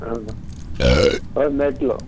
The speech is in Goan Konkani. आं हय मेळटो